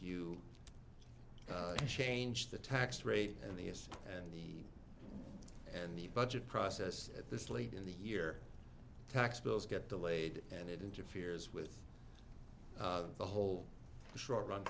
you change the tax rate and the s and the and the budget process at this late in the year tax bills get delayed and it interferes with the whole short run